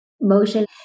motion